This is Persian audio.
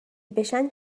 بشن